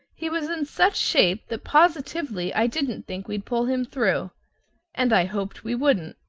he was in such shape that positively i didn't think we'd pull him through and i hoped we wouldn't.